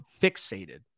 fixated